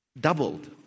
doubled